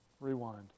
rewind